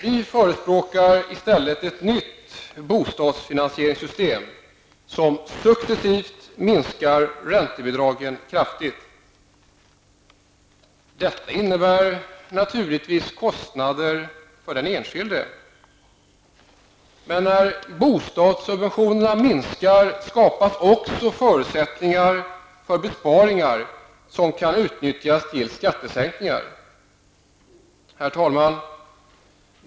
Vi förespråkar i stället ett nytt bostadsfinansieringssystem som successivt kraftigt minskar räntebidragen. Detta innebär naturligtvis kostnadsökningar för den enskilde. Men när bostadssubventionerna minskar skapas också förutsättningar för besparingar som kan utnyttjas för skattesänkningar. Herr talman!